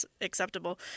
acceptable